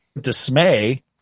dismay